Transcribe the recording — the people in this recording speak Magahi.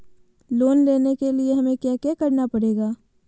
लोन लेने के लिए हमें क्या क्या करना पड़ेगा?